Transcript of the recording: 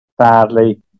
Sadly